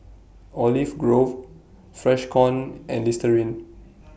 Olive Grove Freshkon and Listerine